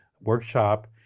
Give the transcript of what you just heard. workshop